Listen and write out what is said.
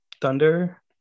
Thunder